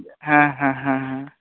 ᱦᱮᱸ ᱦᱮᱸ ᱦᱮᱸ